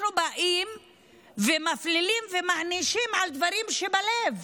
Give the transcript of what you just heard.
אנחנו באים ומפלילים ומענישים על דברים שבלב,